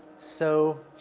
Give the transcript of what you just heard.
so,